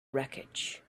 wreckage